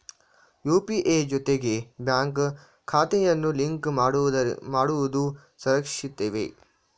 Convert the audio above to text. UPI ಜೊತೆಗೆ bank ಖಾತೆಯನ್ನು link ಮಾಡುವುದು ಸುರಕ್ಷಿತವೇ?